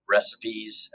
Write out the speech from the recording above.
Recipes